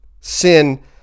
sin